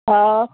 हा